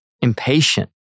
impatient